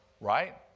right